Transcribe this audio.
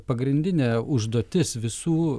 pagrindinė užduotis visų